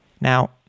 Now